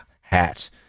hat